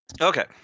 Okay